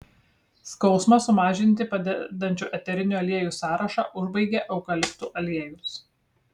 skausmą sumažinti padedančių eterinių aliejų sąrašą užbaigia eukaliptų aliejus